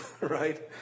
right